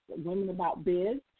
WomenAboutBiz